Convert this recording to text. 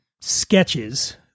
sketches